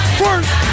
first